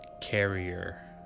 carrier